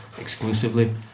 exclusively